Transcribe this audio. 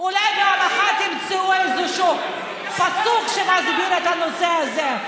אולי פעם אחת תמצאו איזשהו פסוק שמסביר את הנושא הזה.